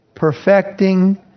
perfecting